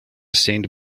stained